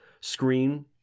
screen